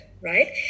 right